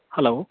hello